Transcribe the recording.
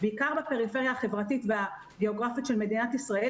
בעיקר בפריפריה החברתית והגיאוגרפית של מדינת ישראל,